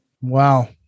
Wow